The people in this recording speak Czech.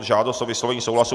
Žádost o vyslovení souhlasu